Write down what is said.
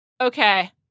Okay